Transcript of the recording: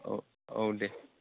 औ औ दे